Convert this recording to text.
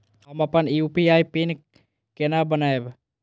हम अपन UPI PIN केना बनैब?